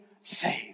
saved